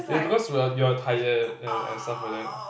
it's because we're you're tired and and stuff like that